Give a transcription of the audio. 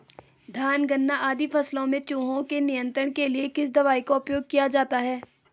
धान गन्ना आदि फसलों में चूहों के नियंत्रण के लिए किस दवाई का उपयोग किया जाता है?